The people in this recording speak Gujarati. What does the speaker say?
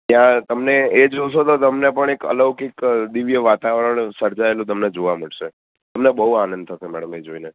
ત્યાં તમને એ જોશો તો તમને પણ અલૌકિક દિવ્ય વાતાવરણ સર્જાયેલું તમને જોવા મળશે એમને બહુ આનંદ થતો એ જોઈ ને